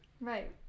Right